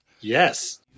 Yes